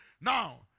now